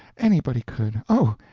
anybody could oh,